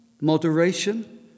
moderation